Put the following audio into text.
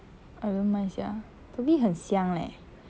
I don't mind sia to me 很香 leh